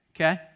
Okay